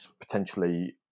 potentially